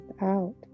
out